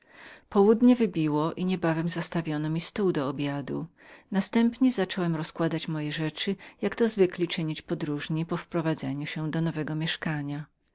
południe wybiło i niebawem zastawiono mi obiad następnie zacząłem rozkładać moje rzeczy jak to zwykli czynić podróżni zaraz po wprowadzeniu się do nowego mieszkania